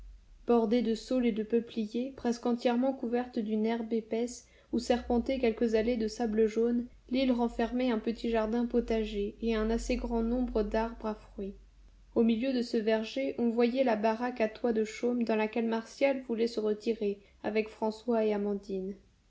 bordée de saules et de peupliers presque entièrement couverte d'une herbe épaisse où serpentaient quelques allées de sable jaune l'île renfermait un petit jardin potager et un assez grand nombre d'arbres à fruits au milieu de ce verger on voyait la baraque à toit de chaume dans laquelle martial voulait se retirer avec françois et amandine